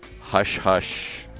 hush-hush